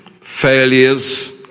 failures